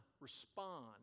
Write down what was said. respond